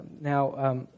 Now